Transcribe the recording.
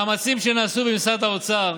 המאמצים שנעשו במשרד האוצר,